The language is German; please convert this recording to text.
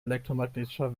elektromagnetischer